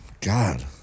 God